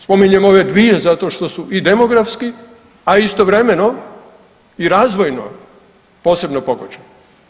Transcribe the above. Spominjem ove dvije zato što su i demografski, a istovremeno i razvojno posebno pogođene.